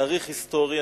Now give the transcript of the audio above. תאריך היסטורי.